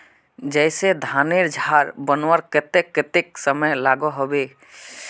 जैसे धानेर झार बनवार केते कतेक समय लागोहो होबे?